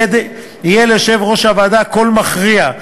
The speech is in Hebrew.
יהיה ליושב-ראש הוועדה קול מכריע.